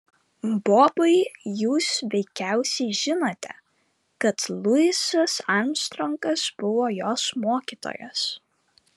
bobai jūs veikiausiai žinote kad luisas armstrongas buvo jos mokytojas